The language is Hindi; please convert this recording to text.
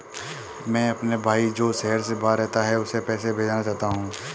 मैं अपने भाई जो शहर से बाहर रहता है, उसे पैसे भेजना चाहता हूँ